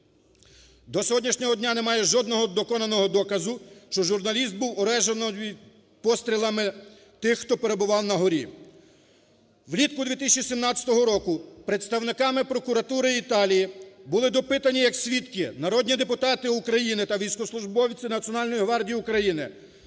До сьогоднішнього дня немає жодного доконаного доказу, що журналіст був уражений пострілами тих, хто перебував нагорі. Влітку 2017 року представниками прокуратури Італії були допитані як свідки народні депутати України та військовослужбовці Національної гвардії України